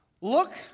Look